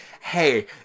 hey